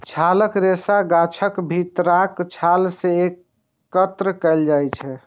छालक रेशा गाछक भीतरका छाल सं एकत्र कैल जाइ छै